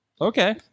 Okay